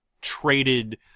traded